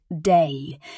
day